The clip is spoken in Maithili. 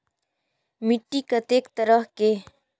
मिट्टी कतेक तरह के?